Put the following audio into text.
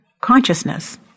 consciousness